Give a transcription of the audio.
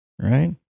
right